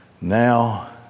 Now